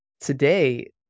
today